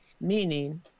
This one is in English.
meaning